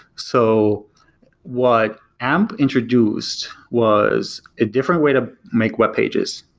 so what amp introduced was a different way to make webpages,